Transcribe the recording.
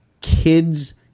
kids